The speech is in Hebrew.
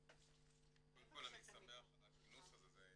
קודם כל אני שמח על הכינוס הזה.